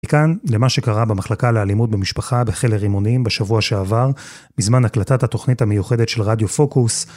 וכאן למה שקרה במחלקה לאלימות במשפחה בחלר אימוניים בשבוע שעבר בזמן הקלטת התוכנית המיוחדת של רדיו פוקוס.